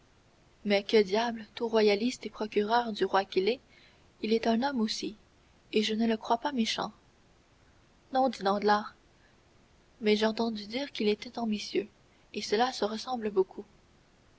mais que diable tout royaliste et procureur du roi qu'il est il est un homme aussi et je ne le crois pas méchant non dit danglars mais j'ai entendu dire qu'il était ambitieux et cela se ressemble beaucoup